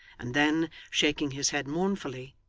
and then, shaking his head mournfully,